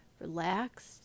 relaxed